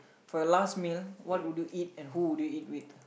for your last meal what would you eat and who do you eat with